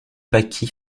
pâquis